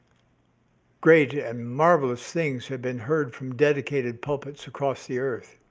great and marvelous things have been heard from dedicated pulpits across the earth.